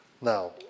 Now